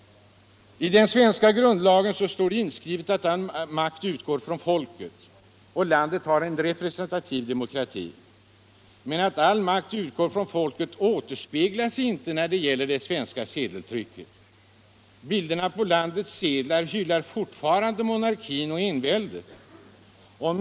I den svenska grundlagen står inskrivet att all makt utgår från folket, och landet har en representativ demokrati. Men att all makt utgår från folket återspeglas inte i det svenska sedeltrycket. Bilderna på landets sedlar hyllar fortfarande monarkin och enväldet.